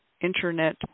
Internet